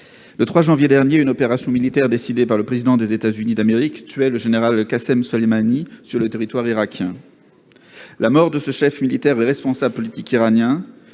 Le 3 janvier dernier, une opération militaire décidée par le président des États-Unis d'Amérique tuait le général Qassem Soleimani sur le territoire irakien. La mort de ce chef militaire et responsable politique iranien,